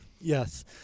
Yes